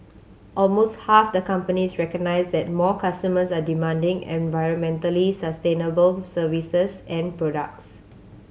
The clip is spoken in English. almost half the companies recognise that more customers are demanding environmentally sustainable services and products